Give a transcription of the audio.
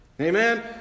Amen